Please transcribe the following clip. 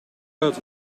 uit